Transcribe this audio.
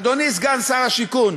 אדוני סגן שר השיכון,